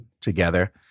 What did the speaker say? together